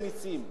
חשוב מאוד.